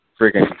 freaking